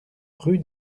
rue